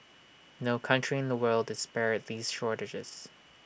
no country in the world is spared these shortages